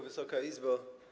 Wysoka Izbo!